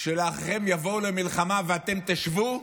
של "האחיכם יבאו למלחמה ואתם תשבו"